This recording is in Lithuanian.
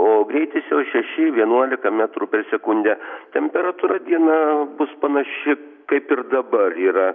o greitis jo šeši vienuolika metrų per sekundę temperatūra dieną bus panaši kaip ir dabar yra